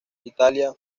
italia